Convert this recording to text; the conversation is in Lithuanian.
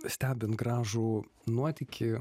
stebint gražų nuotykį